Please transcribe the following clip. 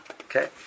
Okay